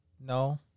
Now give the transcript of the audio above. No